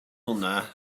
hwnna